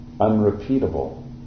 Unrepeatable